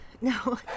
No